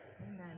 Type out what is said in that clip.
Amen